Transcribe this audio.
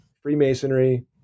Freemasonry